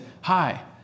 hi